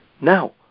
Now